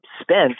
spent